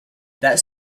that